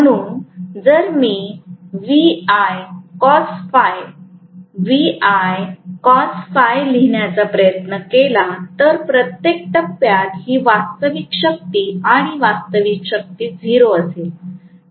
म्हणून जर मी लिहायचा प्रयत्न केला तर प्रत्येक टप्प्यात ही वास्तविक शक्ती आणि वास्तविक शक्ती 0 असेल